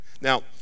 Now